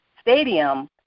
Stadium